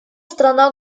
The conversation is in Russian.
страна